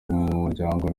umuryango